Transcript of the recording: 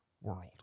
world